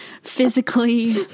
physically